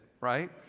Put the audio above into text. right